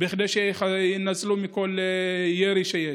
כדי שיינצלו מכל ירי שיש.